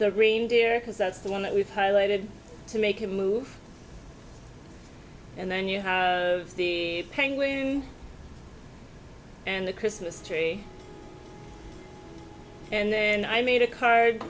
the green deer because that's the one that we've highlighted to make a move and then you have the penguin and the christmas tree and then i made a card